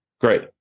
Great